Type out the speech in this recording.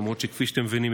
למרות שכפי שאתם מבינים,